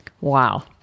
Wow